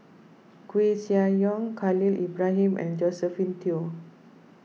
Koeh Sia Yong Khalil Ibrahim and Josephine Teo